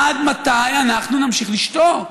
עד מתי אנחנו נמשיך לשתוק?